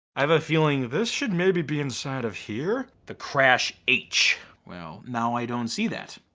i have a feeling this should maybe be inside of here. the crash h. well now i don't see that.